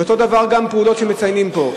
ואותו דבר גם פעולות שמציינים פה.